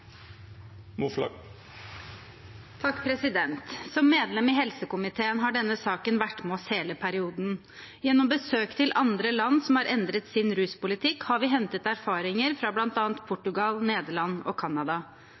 helsekomiteen hele perioden. Gjennom besøk til land som har endret sin ruspolitikk, har vi hentet erfaringer, fra bl.a. Portugal, Nederland og Canada.